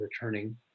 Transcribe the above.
returning